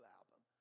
album